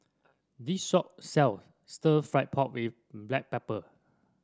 this shop sells stir fry pork with Black Pepper